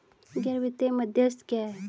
गैर वित्तीय मध्यस्थ क्या हैं?